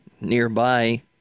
nearby